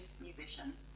musician